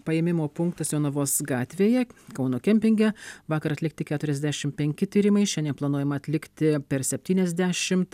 paėmimo punktas jonavos gatvėje kauno kempinge vakar atlikti keturiasdešim penki tyrimai šiandien planuojama atlikti per septyniasdešimt